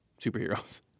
superheroes